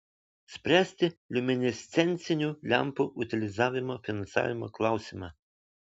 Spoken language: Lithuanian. spręsti liuminescencinių lempų utilizavimo finansavimo klausimą